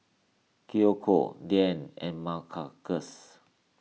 Kiyoko Diann and